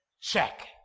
Check